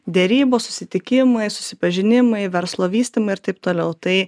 derybos susitikimai susipažinimai verslo vystymai ir taip toliau tai